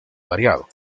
variado